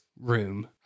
room